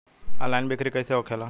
Online बिक्री कैसे होखेला?